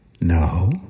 No